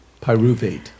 Pyruvate